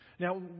Now